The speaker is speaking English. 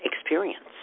experience